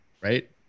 right